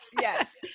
Yes